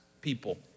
people